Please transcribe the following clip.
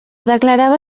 declarava